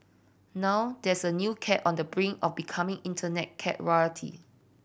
now there's a new cat on the brink of becoming Internet cat royalty